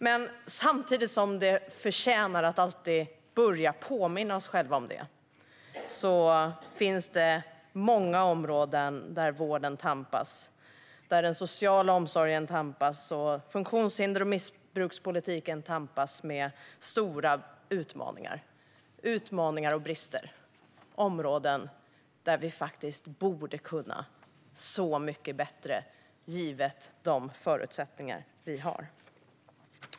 Men samtidigt som det är värt att vi alltid påminner oss själva om detta finns det många områden där vården, den sociala omsorgen och funktionshinders och missbrukspolitiken tampas med stora utmaningar och brister, områden där vi faktiskt borde kunna så mycket bättre givet de förutsättningar vi har.